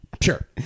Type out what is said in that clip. Sure